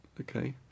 Okay